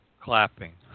clapping